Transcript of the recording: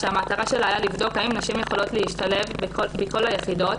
שהמטרה שלה הייתה לבדוק האם נשים יכולות להשתלב בכל היחידות,